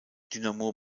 dynamo